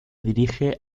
dirige